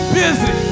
busy